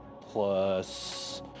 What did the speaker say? plus